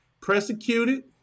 Persecuted